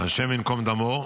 השם ייקום דמו.